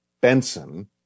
Benson